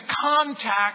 contact